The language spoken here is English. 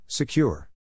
Secure